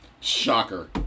Shocker